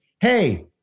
hey